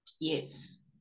yes